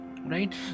right